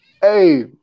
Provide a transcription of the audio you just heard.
Hey